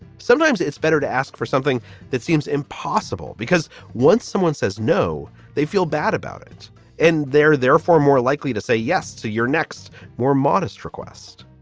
sometimes it's better to ask for something that seems impossible because once someone says no, they feel bad about it and they're therefore more likely to say yes to your next more modest request